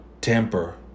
temper